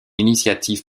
initiative